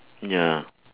ya